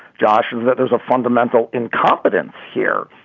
josh, is that there's a fundamental incompetence here.